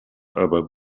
aber